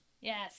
Yes